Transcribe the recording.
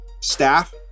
staff